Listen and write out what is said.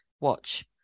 watch